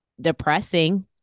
depressing